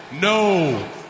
no